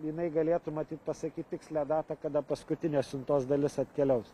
jinai galėtų matyt pasakyt tikslią datą kada paskutinė siuntos dalis atkeliaus